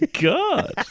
god